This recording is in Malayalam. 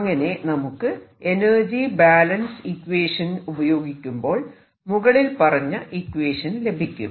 അങ്ങനെ നമുക്ക് എനർജി ബാലൻസ് ഇക്വേഷൻ ഉപയോഗിക്കുമ്പോൾ മുകളിൽ പറഞ്ഞ ഇക്വേഷൻ ലഭിക്കും